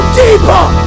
deeper